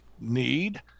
need